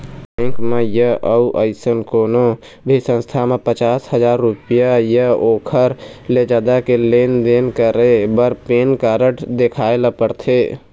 bank म य अउ अइसन कोनो भी संस्था म पचास हजाररूपिया य ओखर ले जादा के लेन देन करे बर पैन कारड देखाए ल परथे